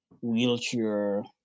wheelchair